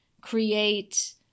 create